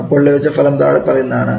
അപ്പോൾ ലഭിച്ച ഫലം താഴെ പറയുന്നതാണ്